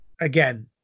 again